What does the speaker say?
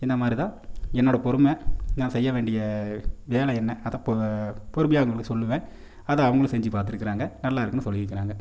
இந்த மாதிரிதான் என்னோடய பொறுமை நான் செய்ய வேண்டிய வேலை என்ன அதை பொ பொறுமையா அவங்களுக்கு சொல்லுவேன் அதை அவங்களும் செஞ்சு பார்த்துருக்குறாங்க நல்லா இருக்கும்னு சொல்லியிருக்குறாங்க